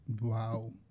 Wow